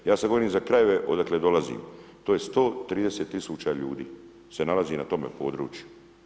Ja sada govorim za krajeve odakle dolazim, to je 130 tisuća ljudi se nalazi na tome području.